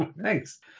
Thanks